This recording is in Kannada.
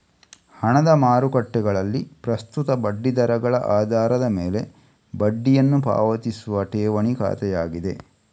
ಹಣದ ಮಾರುಕಟ್ಟೆಗಳಲ್ಲಿ ಪ್ರಸ್ತುತ ಬಡ್ಡಿ ದರಗಳ ಆಧಾರದ ಮೇಲೆ ಬಡ್ಡಿಯನ್ನು ಪಾವತಿಸುವ ಠೇವಣಿ ಖಾತೆಯಾಗಿದೆ